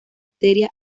arteria